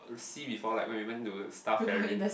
sea before like when we went to Star Ferry